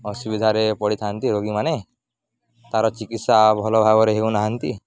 ଅସୁବିଧାରେ ପଡ଼ିଥାନ୍ତି ରୋଗୀମାନେ ତା'ର ଚିକିତ୍ସା ଭଲ ଭାବରେ ହେଉନାହାନ୍ତି